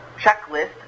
checklist